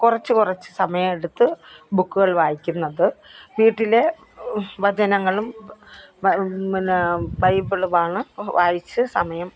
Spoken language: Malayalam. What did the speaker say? കുറച്ച് കുറച്ച് സമയമെടുത്ത് ബുക്കുകൾ വായിക്കുന്നത് വീട്ടിലെ വചനങ്ങളും വ പിന്നെ ബൈബിളുമാണ് വായിച്ച് സമയം